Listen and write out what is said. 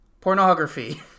pornography